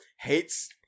hates